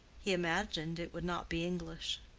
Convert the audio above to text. he imagined it would not be english.